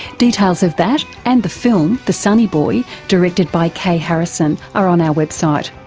details of that, and the film the sunnyboy, directed by kaye harrison, are on our website.